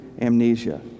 amnesia